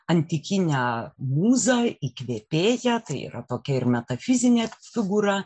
antikinę mūzą įkvėpėją tai yra tokia ir metafizinė figūra